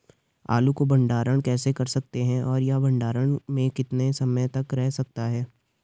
आलू को भंडारण कैसे कर सकते हैं और यह भंडारण में कितने समय तक रह सकता है?